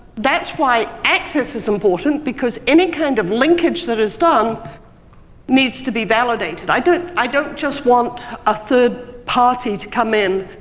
that's why access is important because any kind of linkage that is done needs to be validated. i don't i don't just want a third party to come in,